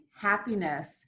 happiness